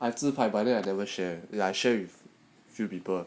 I have 自拍 but then I never share like I share with few people